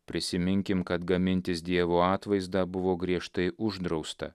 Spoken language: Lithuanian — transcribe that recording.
prisiminkim kad gamintis dievo atvaizdą buvo griežtai uždrausta